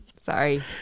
sorry